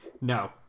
No